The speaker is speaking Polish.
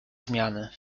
zmiany